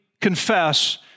confess